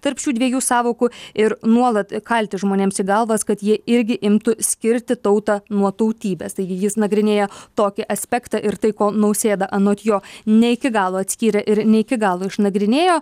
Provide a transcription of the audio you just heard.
tarp šių dviejų sąvokų ir nuolat kalti žmonėms į galvas kad jie irgi imtų skirti tautą nuo tautybės taigi jis nagrinėja tokį aspektą ir tai ko nausėda anot jo ne iki galo atskyrė ir ne iki galo išnagrinėjo